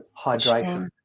hydration